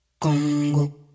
Kongo